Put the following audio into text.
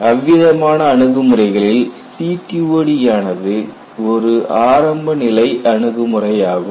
அவ்விதமான அணுகு முறைகளில் CTOD ஆனது ஒரு ஆரம்பநிலை அணுகுமுறையாகும்